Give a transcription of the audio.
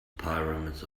pyramids